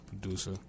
Producer